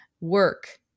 work